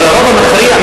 אבל הרוב המכריע,